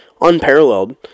unparalleled